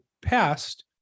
passed